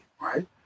Right